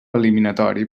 eliminatori